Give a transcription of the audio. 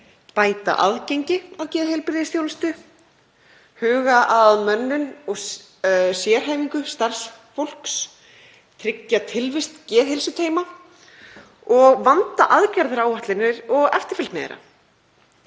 bæta aðgengi að geðheilbrigðisþjónustu, huga að mönnun og sérhæfingu starfsfólks, tryggja tilvist geðheilsuteyma og vanda aðgerðaáætlanir og eftirfylgni þeirra.